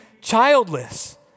childless